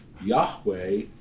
Yahweh